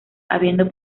habiendo